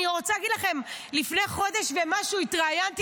אני רוצה להגיד לכם: לפני חודש ומשהו התראיינתי